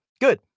good